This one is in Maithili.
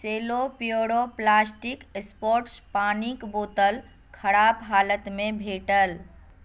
सेलो प्यूरो प्लास्टिक स्पोर्ट्स पानिक बोतल खराब हालतमे भेटल